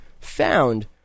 found